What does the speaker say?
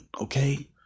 okay